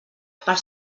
per